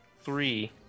three